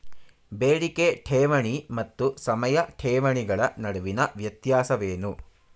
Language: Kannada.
ಬೇಡಿಕೆ ಠೇವಣಿ ಮತ್ತು ಸಮಯ ಠೇವಣಿಗಳ ನಡುವಿನ ವ್ಯತ್ಯಾಸವೇನು?